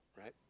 right